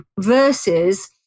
versus